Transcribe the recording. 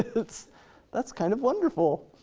that's that's kind of wonderful.